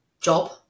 job